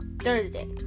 Thursday